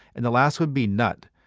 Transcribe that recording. and the last would be nut,